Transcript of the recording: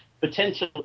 potential